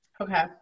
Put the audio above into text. Okay